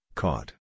caught